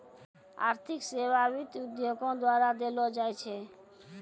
आर्थिक सेबा वित्त उद्योगो द्वारा देलो जाय छै